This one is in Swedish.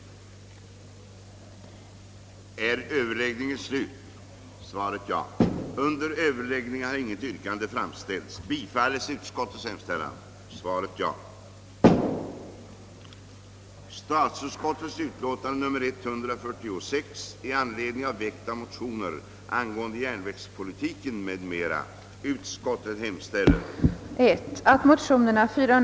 hålla om skyndsam översyn av järnvägspolitiken och särskilt frågan om järnvägsnedläggningarna med hänsyn till de sociala och näringspolitiska krav som järnvägspolitiken borde tillgodose.